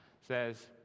says